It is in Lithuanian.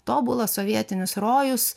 tobulas sovietinis rojus